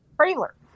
trailer